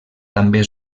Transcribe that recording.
també